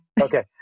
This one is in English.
Okay